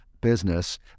business